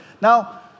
Now